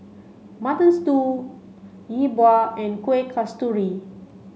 Mutton Stew Yi Bua and Kuih Kasturi